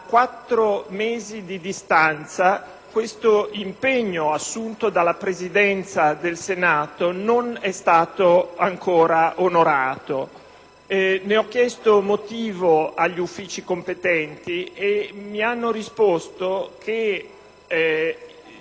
quattro mesi di distanza, questo impegno assunto dalla Presidenza del Senato non è stato ancora onorato. Ho chiesto il motivo agli Uffici competenti e mi hanno risposto che